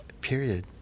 period